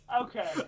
Okay